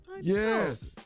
Yes